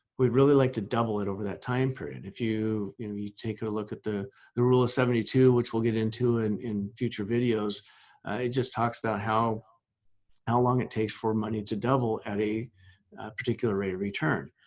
we'd really like to double it over that time period. if you you take a look at the the rule of seventy two, which we'll get into and in future videos. it just talks about how how long it takes for money to double at a particular rate of return.